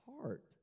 heart